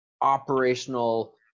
operational